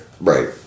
Right